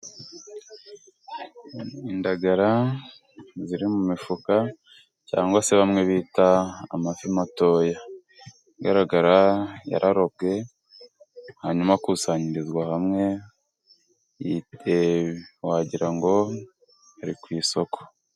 Indagara ziri mu mifuka cyangwa se bamwe bita amafi matoya, igaragara yararobwe hanyuma akusanyirizwa hamwe wagira ngo ari ku isoko.